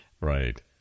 Right